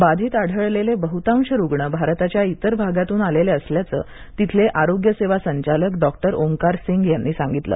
बाधीत आढळलेले बहुतांश रुग्ण भारताच्या इतर भागातून आलेले असल्याचं तिथले आरोग्य सेवा संचालक डॉक्टर ओमकार सिंघ यांनी सांगितलं